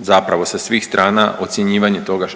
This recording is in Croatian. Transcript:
zapravo sa svim strana ocjenjivanje toga